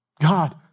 God